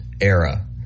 era